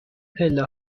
پله